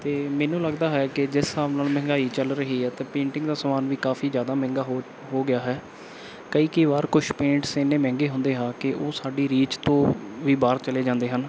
ਅਤੇ ਮੈਨੂੰ ਲੱਗਦਾ ਹੈ ਕਿ ਜਿਸ ਹਿਸਾਬ ਨਾਲ ਮਹਿੰਗਾਈ ਚੱਲ ਰਹੀ ਹੈ ਤਾਂ ਪੇਂਟਿੰਗ ਦਾ ਸਮਾਨ ਵੀ ਕਾਫੀ ਜ਼ਿਆਦਾ ਮਹਿੰਗਾ ਹੋ ਹੋ ਗਿਆ ਹੈ ਕਈ ਕਈ ਵਾਰ ਕੁਛ ਪੇਂਟਸ ਇੰਨੇ ਮਹਿੰਗੇ ਹੁੰਦੇ ਹਾਂ ਕਿ ਉਹ ਸਾਡੀ ਰੀਚ ਤੋਂ ਵੀ ਬਾਹਰ ਚਲੇ ਜਾਂਦੇ ਹਨ